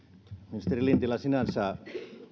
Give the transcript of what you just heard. ministeri lintilä sinänsä